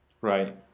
Right